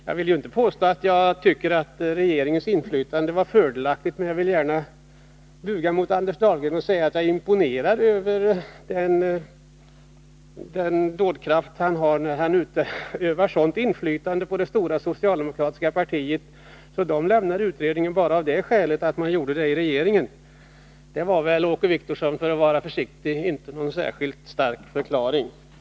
Jag vill inte påstå att jag tycker att regeringens inflytande var fördelaktigt, men jag vill gärna buga mig mot Anders Dahlgren och säga att jag är imponerad över den dådkraft han har, när han utövar sådant inflytande på det stora socialdemokratiska partiet att det lämnar utredningsförslaget bara av det skälet att regeringen frångått förslaget. Det var, för att vara försiktig, inte någon speciellt bra förklaring, Åke Wictorsson.